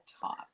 top